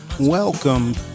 Welcome